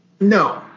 No